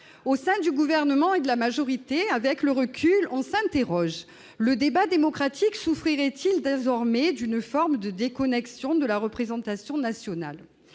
Au sein du Gouvernement et de la majorité, avec le recul, on s'interroge : le débat démocratique souffrirait-t-il désormais d'une forme de déconnexion de la représentation nationale ?